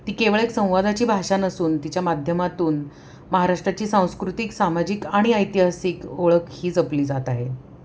ती केवळ एक संवादाची भाषा नसून तिच्या माध्यमातून महाराष्ट्राची सांस्कृतिक सामाजिक आणि ऐतिहासिक ओळख ही जपली जात आहे